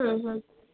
অঁ হয়